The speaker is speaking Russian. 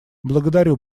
благодарю